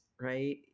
right